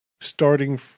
starting